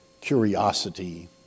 curiosity